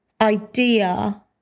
idea